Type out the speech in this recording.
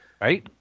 right